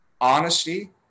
honesty